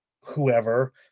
whoever